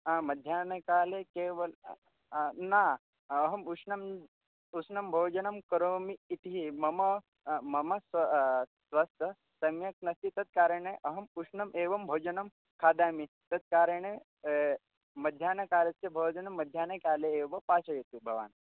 हा मध्याह्नकाले केवलं न अहम् उष्णम् उष्णं भोजनं स्वीकरोमि इति मम मम स्व स्वास्थ्यं सम्यक् नास्ति तेन कारणेन अहम् उष्णम् एवं भोजनं खादामि तेन कारणेन मध्याह्नकालस्य भोजनं मध्याह्नकाले एव पाचयतु भवान्